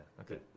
okay